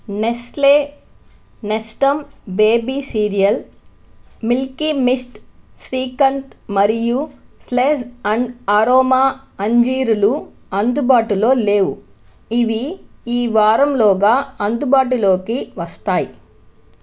Nestlé Nestum baby cereal Milky Mist shrikhand మరియు స్లేజ్ and aroma అంజీరులు అందుబాటులో లేవు ఇవి ఈ వారంలోగా అందుబాటులోకి వస్తాయి